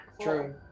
True